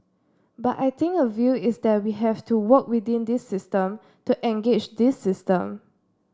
but I think a view is that we have to work within this system to engage this system